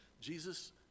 Jesus